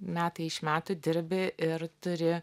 metai iš metų dirbi ir turi